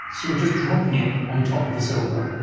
so just dropping it on top of the silver.